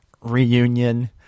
reunion